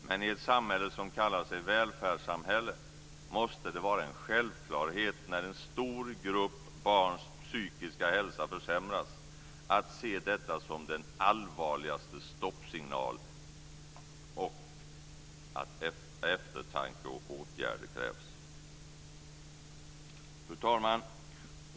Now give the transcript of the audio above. Men i ett samhälle som kallar sig välfärdssamhälle måste det vara en självklarhet, när en stor grupp barns psykiska hälsa försämras, att se detta som den allvarligaste stoppsignal och se att eftertanke och åtgärder krävs. Fru talman!